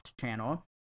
channel